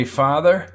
father